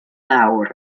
nawr